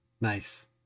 nice